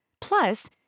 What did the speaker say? plus